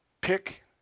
Pick